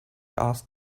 asked